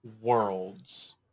worlds